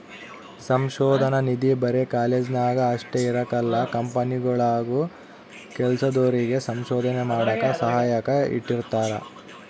ಸಂಶೋಧನಾ ನಿಧಿ ಬರೆ ಕಾಲೇಜ್ನಾಗ ಅಷ್ಟೇ ಇರಕಲ್ಲ ಕಂಪನಿಗುಳಾಗೂ ಕೆಲ್ಸದೋರಿಗೆ ಸಂಶೋಧನೆ ಮಾಡಾಕ ಸಹಾಯಕ್ಕ ಇಟ್ಟಿರ್ತಾರ